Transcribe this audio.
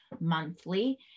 monthly